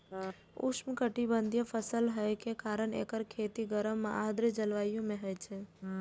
उष्णकटिबंधीय फसल होइ के कारण एकर खेती गर्म आ आर्द्र जलवायु मे होइ छै